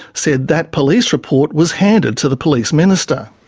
said that police report was handed to the police minister.